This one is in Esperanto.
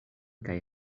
kaj